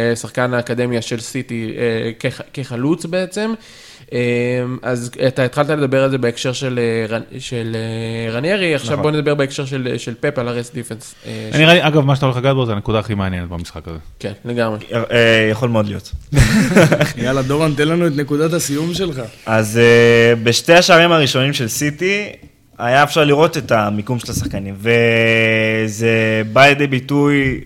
שחקן האקדמיה של סיטי, אה, כח- כחלוץ בעצם. אה, אז אתה התחלת לדבר על זה בהקשר של, אה, רן- של, אה, רניירי. עכשיו נכון. בוא נדבר בהקשר של, אה, של פפ על ה-rest defense, אה, אני של- ראי- אגב, מה שאתה הולך לגעת בו זה הנקודה הכי מעניינת במשחק הזה. כן, לגמרי. אה, אה, יכול מאוד להיות. יאללה, דורון, תן לנו את נקודת הסיום שלך. אז, אה, בשתי השערים הראשונים של סיטי, היה אפשר לראות את המיקום של השחקנים, וזה בא לידי ביטוי